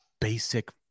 basic